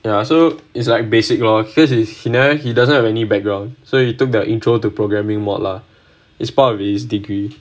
ya so it's like basic law this is you know he doesn't have any background so he took the introduction to programming module lah it's part of his degree